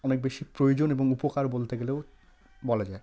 অনেক বেশি প্রয়োজন এবং উপকার বলতে গেলেও বলা যায়